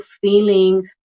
feeling